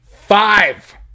Five